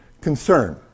concern